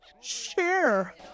share